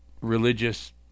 religious